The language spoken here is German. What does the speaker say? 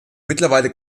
mittlerweile